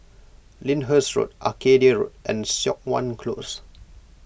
Lyndhurst Road Arcadia Road and Siok Wan Close